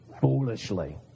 foolishly